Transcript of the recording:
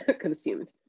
consumed